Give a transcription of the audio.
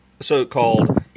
So-called